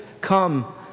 Come